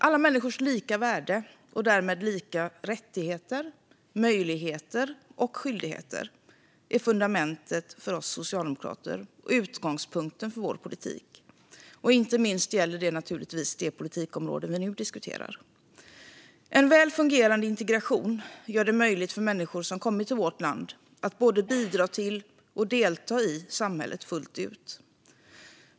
Alla människors lika värde och därmed lika rättigheter, möjligheter och skyldigheter är fundamentet för oss socialdemokrater och utgångspunkten för vår politik. Inte minst gäller detta det politikområde vi nu diskuterar. En väl fungerande integration gör det möjligt för människor som kommit till vårt land att både bidra till och delta i samhället fullt ut.